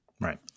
Right